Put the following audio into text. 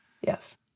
Yes